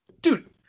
Dude